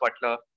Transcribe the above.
Butler